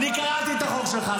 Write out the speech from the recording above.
אני קראתי את החוק שלך.